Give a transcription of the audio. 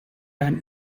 and